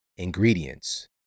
ingredients